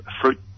fruit